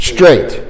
Straight